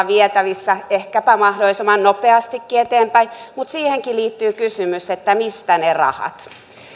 vietävissä ehkäpä mahdollisimman nopeastikin eteenpäin mutta siihenkin liittyy kysymys mistä ne rahat